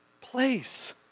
place